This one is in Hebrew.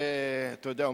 אתה יודע,